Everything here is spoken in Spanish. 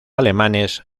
alemanes